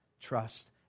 Trust